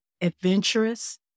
Adventurous